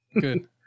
good